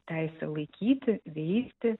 teisę laikyti veisti